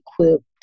equipped